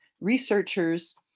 researchers